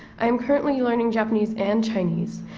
i am currently learning japanese and chinese.